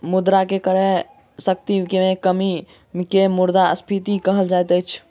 मुद्रा के क्रय शक्ति में कमी के मुद्रास्फीति कहल जाइत अछि